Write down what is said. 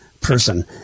person